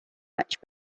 much